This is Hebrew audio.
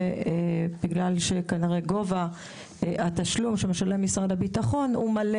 ובגלל שכנראה שגובה התשלום של משרד הביטחון הוא מלא